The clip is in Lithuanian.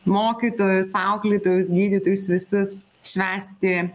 mokytojus auklėtojus gydytojus visus švęsti